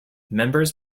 members